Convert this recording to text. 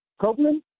Copeland